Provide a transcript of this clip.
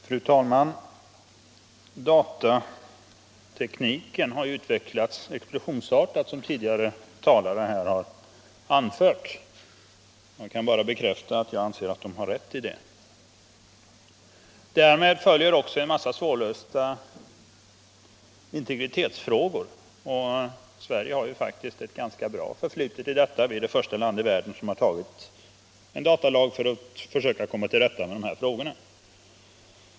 Fru talman! Datatekniken har utvecklats explosionsartat, som tidigare talare anfört. Jag kan bara bekräfta att jag anser att de har rätt i det. Därmed följer också en mängd svårlösta integritetsfrågor. Sverige här fak tiskt ett ganska bra förflutet i deta fall. Vi är det första land i världen som har antagil en datalag för att försöka komma till rätta med de här frågorna.